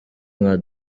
nka